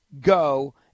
go